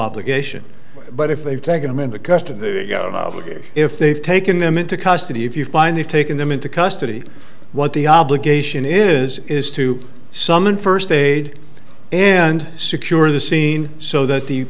obligation but if they've taken him into custody or if they've taken them into custody if you find they've taken them into custody what the obligation is is to summon first aid and secure the scene so that the